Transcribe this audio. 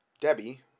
Debbie